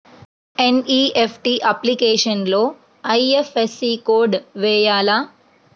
NEFT అప్లికేషన్లో IFSC code వేయాలా?